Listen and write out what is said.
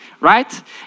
right